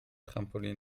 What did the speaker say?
trampolin